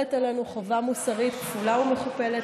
מוטלת עלינו חובה מוסרית כפולה ומכופלת